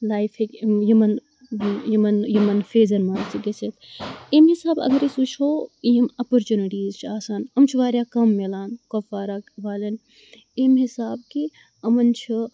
life ہیٚکہِ یِمَن یِمَن یِمَن فیزَن منٛز تہِ گٔژھتھ امے حسابہٕ اَگَر أسۍ وُچھو یم اَپَرچونِٹیٖز چھِ آسان یِم چھِ وارِیاہ کَم میلان کُپوارا والٮ۪ن امہِ حسابہٕ کہِ یِمَن چھِ